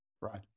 Right